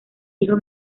hijo